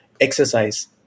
exercise